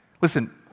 Listen